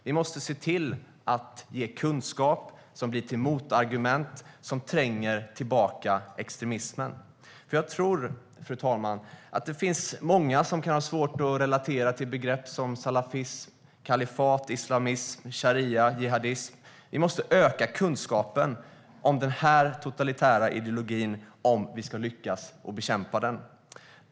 Vi måste se till att ge kunskap som blir till motargument som tränger tillbaka extremismen. Jag tror, fru talman, att det finns många som kan ha svårt att relatera till begrepp som salafism, kalifat, islamism, sharia och jihadism. Vi måste öka kunskapen om den här totalitära ideologin om vi ska lyckas bekämpa den.